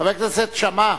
חבר הכנסת שאמה,